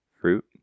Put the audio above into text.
fruit